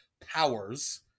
powers